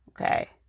Okay